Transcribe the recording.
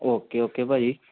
okay okay ਭਾਅ ਜੀ